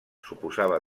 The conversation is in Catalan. suposava